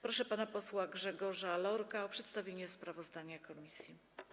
Proszę pana posła Grzegorza Lorka o przedstawienie sprawozdania komisji.